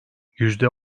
yüzde